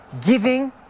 Giving